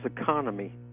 economy